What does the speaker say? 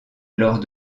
lors